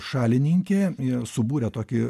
šalininkė subūrė tokį